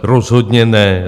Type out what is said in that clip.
Rozhodně ne.